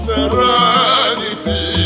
Serenity